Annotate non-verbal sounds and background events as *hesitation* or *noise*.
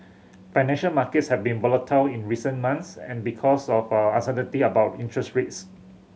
financial markets have been volatile in recent months and because of *hesitation* uncertainty about interest rates